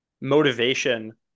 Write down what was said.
motivation